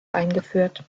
eingeführt